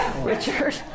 Richard